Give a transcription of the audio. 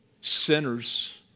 sinners